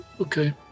Okay